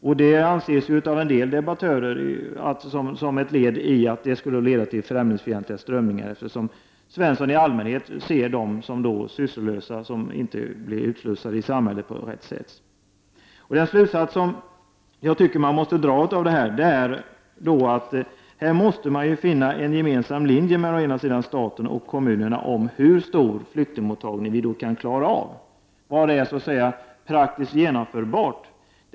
En del debattörer menar att detta skulle kunna bli ett led i att vi får främlingsfientliga strömningar eftersom ”Svensson” i allmänhet då ser flyktingarna som sysslolösa när de inte blir utslussade i samhället på rätt sätt. Den slutsats man enligt min mening måste dra av detta är att det är nödvändigt att finna en gemensam linje mellan staten och kommunerna om hur stor flyktingmottagning vi kan klara av, vad som så att säga är praktiskt genomförbart.